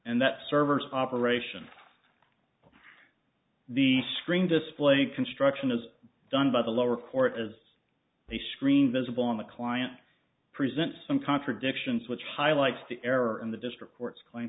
and that servers operation the screen displaying construction is done by the lower court as the screen visible on the client presents some contradictions which highlights the error in the district court's cl